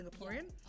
Singaporean